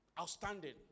Outstanding